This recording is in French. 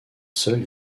seul